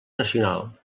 nacional